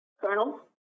Colonel